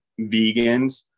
vegans